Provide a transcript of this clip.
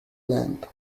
land